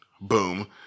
Boom